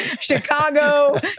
Chicago